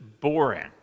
boring